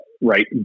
right